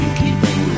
keeping